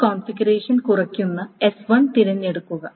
ഈ കോൺഫിഗറേഷൻ കുറയ്ക്കുന്ന S1 തിരഞ്ഞെടുക്കുക